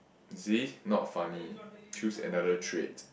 you see not funny choose another trait